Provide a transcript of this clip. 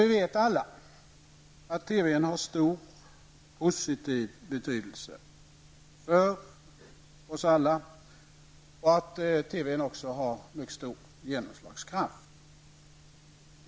Vi vet att TV har stor positiv betydelse för alla och att TV har mycket stor genomslagskraft.